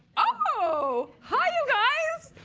oh, hi, you guys.